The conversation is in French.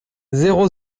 zéro